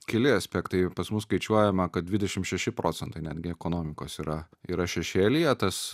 keli aspektai pas mus skaičiuojama kad dvidešimt šeši procentai netgi ekonomikos yra yra šešėlyje tas